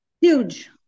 Huge